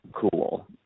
cool